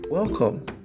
Welcome